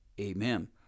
Amen